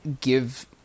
give